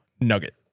nugget